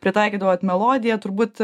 pritaikydavot melodiją turbūt